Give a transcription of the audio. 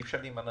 אי אפשר להימנע